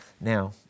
now